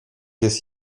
jest